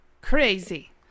Crazy